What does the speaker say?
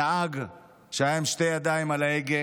הנהג שהיה עם שתי ידיים על ההגה